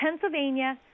Pennsylvania